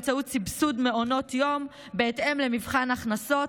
באמצעות סבסוד מעונות יום בהתאם למבחן הכנסות,